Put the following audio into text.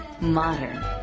modern